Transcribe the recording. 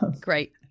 great